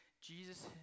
Jesus